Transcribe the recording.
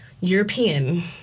European